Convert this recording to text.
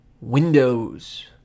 Windows